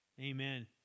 Amen